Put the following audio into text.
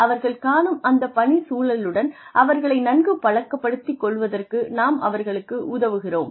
அவர்கள் காணும் அந்த பணிச்சூழலுடன் அவர்களை நன்கு பழக்கப்படுத்திக் கொள்வதற்கு நாம் அவர்களுக்கு உதவுகிறோம்